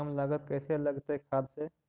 कम लागत कैसे लगतय खाद से?